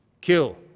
kill